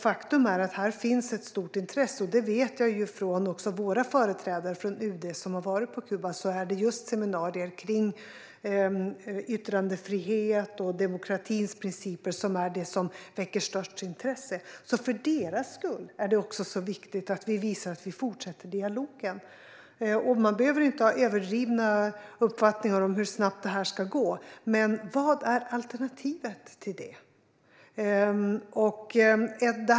Faktum är att här finns ett stort intresse. Det vet jag från våra företrädare från UD som har varit på Kuba. Just seminarier kring yttrandefrihet och demokratins principer väcker störst intresse. Så för deras skull är det också viktigt att vi visar att vi fortsätter dialogen. Man behöver inte ha överdrivna uppfattningar om hur snabbt detta ska gå. Men vad är alternativet?